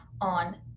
on